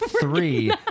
three